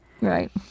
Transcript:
Right